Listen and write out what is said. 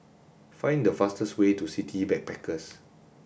find the fastest way to City Backpackers